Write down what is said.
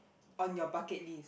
on your bucket list